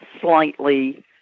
slightly